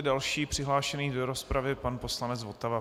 Další přihlášený do rozpravy je pan poslanec Votava.